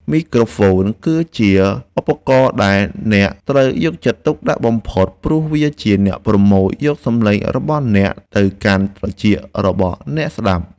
មីក្រូហ្វូនគឺជាឧបករណ៍ដែលអ្នកត្រូវយកចិត្តទុកដាក់បំផុតព្រោះវាជាអ្នកប្រមូលយកសំឡេងរបស់អ្នកទៅកាន់ត្រចៀករបស់អ្នកស្តាប់។